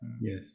Yes